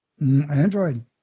Android